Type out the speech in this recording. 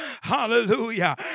Hallelujah